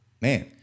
man